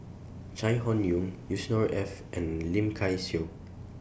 Chai Hon Yoong Yusnor Ef and Lim Kay Siu